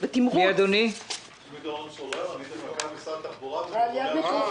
הייתי מנכ"ל משרד התחבורה בעבר